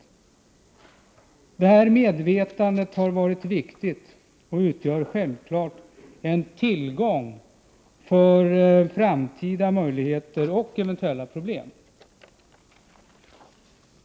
Deras insikter har varit viktiga och utgör självfallet en tillgång då det gäller framtida möjligheter och eventuella problem.